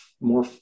more